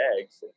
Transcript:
eggs